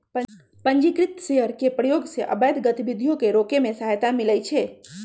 पंजीकृत शेयर के प्रयोग से अवैध गतिविधियों के रोके में सहायता मिलइ छै